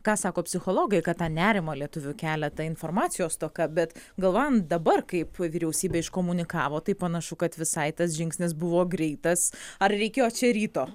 ką sako psichologai kad tą nerimą lietuvių kelia ta informacijos stoka bet galvojom dabar kaip vyriausybė iškomunikavo tai panašu kad visai tas žingsnis buvo greitas ar reikėjo čia ryto